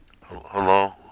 Hello